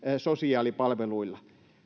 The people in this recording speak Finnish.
sosiaalipalveluilla